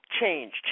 Change